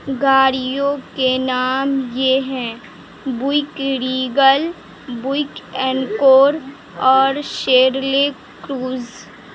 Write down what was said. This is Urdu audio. گاڑیوں کے نام یہ ہیں بک ریگل بک اینکور اور شرل کروز